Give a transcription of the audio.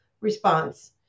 response